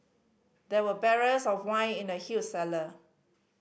there were barrels of wine in the huge cellar